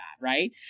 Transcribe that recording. right